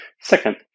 Second